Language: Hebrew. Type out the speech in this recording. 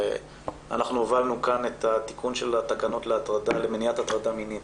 ואנחנו הובלנו כאן את התיקון של התקנות למניעת הטרדה מינית